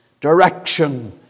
direction